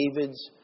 David's